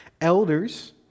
Elders